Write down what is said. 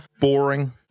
Boring